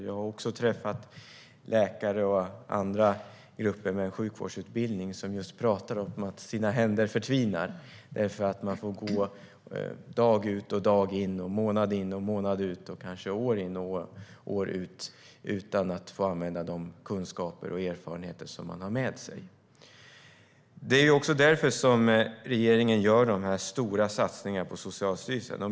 Jag har också träffat läkare och andra grupper med sjukvårdsutbildning som just talar om att deras händer förtvinar eftersom de går dag ut och dag in, månad ut och månad in och kanske år ut och år in utan att få använda de kunskaper och erfarenheter de har med sig. Det är också därför som regeringen gör dessa stora satsningar på Socialstyrelsen.